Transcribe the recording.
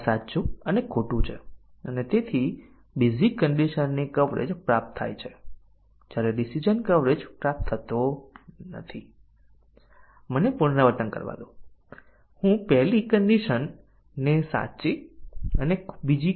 પરંતુ basic condition નું coverage હંમેશાં ડીસીઝન કવરેજ પ્રાપ્ત કરી શકતું નથી ઉદાહરણ તરીકે જો આપણી પાસે પ્રથમ ટેસ્ટીંગ કેસ કરતા વધારે હોય તો તે 15 અને 60 નો હોય અને બીજો કેસ 5 અને 30 નો હોય